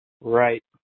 Right